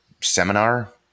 seminar